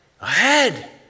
Ahead